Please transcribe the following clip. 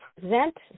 present